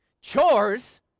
Chores